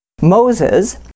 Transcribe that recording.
Moses